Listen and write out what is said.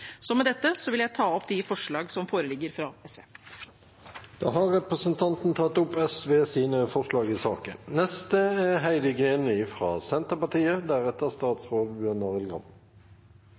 Med dette vil jeg ta opp de forslag som foreligger fra SV. Da har representanten Grete Wold tatt opp